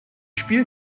spiel